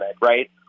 right